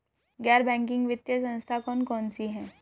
गैर बैंकिंग वित्तीय संस्था कौन कौन सी हैं?